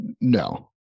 no